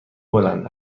بلند